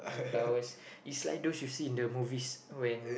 the flowers it's like those you see in the movies